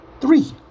Three